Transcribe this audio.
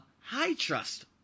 high-trust